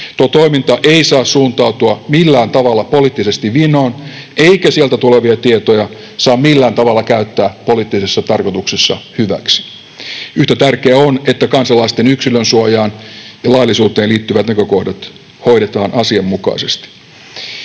toiminta ei saa suuntautua millään tavalla poliittisesti vinoon, eikä sieltä tulevia tietoja saa millään tavalla käyttää poliittisessa tarkoituksessa hyväksi. Yhtä tärkeää on, että kansalaisten yksilönsuojaan ja laillisuuteen liittyvät näkökohdat hoidetaan asianmukaisesti.